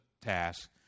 task